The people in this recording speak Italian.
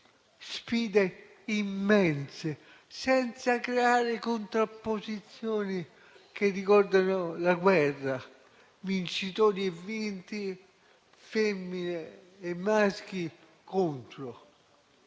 sfide immense, senza creare contrapposizioni, che ricordano la guerra, tra vincitori e vinti, femmine e maschi contro,